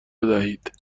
بدهید